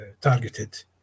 targeted